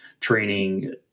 training